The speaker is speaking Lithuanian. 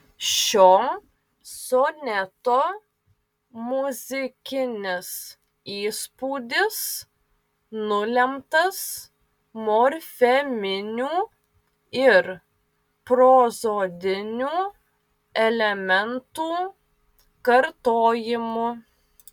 šio soneto muzikinis įspūdis nulemtas morfeminių ir prozodinių elementų kartojimu